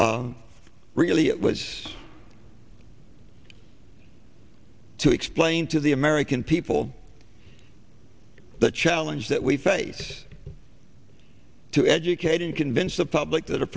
really it was to explain to the american people the challenge that we face to educate and convince the public th